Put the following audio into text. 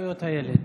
לזכויות הילד.